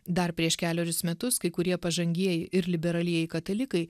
dar prieš kelerius metus kai kurie pažangieji ir liberalieji katalikai